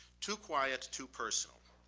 too quiet, too personal.